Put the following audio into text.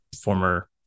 former